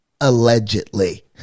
allegedly